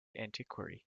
antiquary